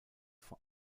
vor